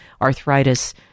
arthritis